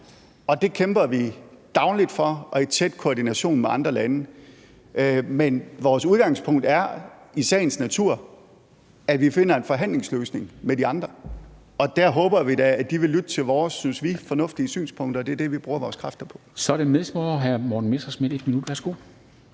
Det kæmper vi dagligt for og i tæt koordination med andre lande. Men vores udgangspunkt er i sagens natur, at vi finder en forhandlingsløsning med de andre, og der håber vi da, at de vil lytte til vores, synes vi, fornuftige synspunkter. Det er det, vi bruger vores kræfter på. Kl. 13:23 Formanden (Henrik